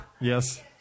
Yes